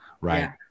right